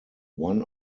one